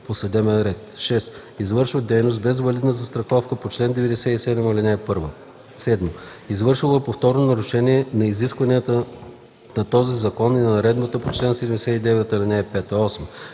6. извършва дейност без валидна застраховка по чл. 97, ал. 1; 7. е извършило повторно нарушение на изискванията на този закон и на наредбата по чл. 79, ал.